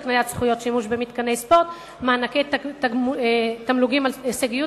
הקניית זכויות שימוש במתקני ספורט ומענק תמלוגים על הישגיות".